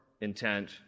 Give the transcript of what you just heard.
intent